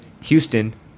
Houston